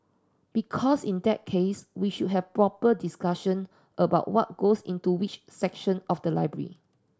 because in that case we should have proper discussion about what goes into which section of the library